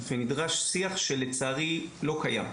ונדרש שיח שלצערי לא קיים.